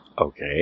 Okay